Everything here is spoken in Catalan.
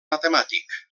matemàtic